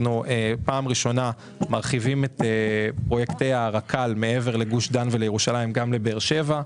אנחנו פעם ראשונה מרחיבים את פרויקטי הרק"ל גם לבאר שבע,